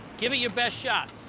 give it your best shot.